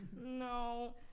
No